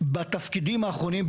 בתפקידים האחרונים,